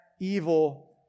evil